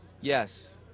Yes